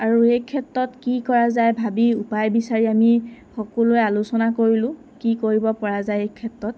আৰু এই ক্ষেত্ৰত কি কৰা যায় ভাবি উপায় বিচাৰি আমি সকলোৱে আলোচনা কৰিলোঁ কি কৰিবপৰা যায় এই ক্ষেত্ৰত